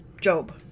Job